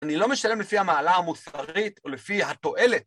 אני לא משלם לפי המעלה המוסרית ולפי התועלת.